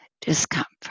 discomfort